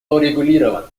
урегулирован